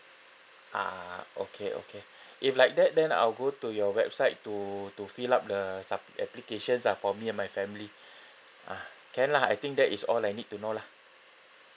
ah okay okay if like that then I'll go to your website to to fill up the sup~ applications ah for me and my family ah can lah I think that is all I need to know lah